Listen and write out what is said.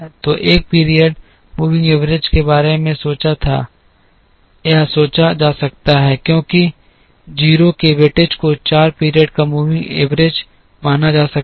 तो एक period moving average के बारे में सोचा जा सकता है क्योंकि 0 के वेटेज को 4 पीरियड का मूविंग एवरेज माना जा सकता है